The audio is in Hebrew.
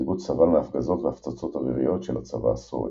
הקיבוץ סבל מהפגזות והפצצות אוויריות של הצבא הסורי.